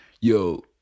yo